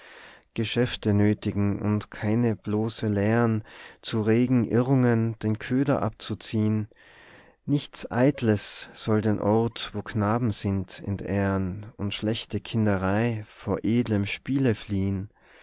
geschäfte nötigen und keinen bloße lehren zu regen irrungen den köder abzuziehn nichts eitles soll den ort wo knaben sind entehren und schlechte kinderei vor edlem spiele fliehn